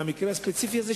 מהמקרה הספציפי הזה,